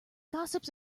gossips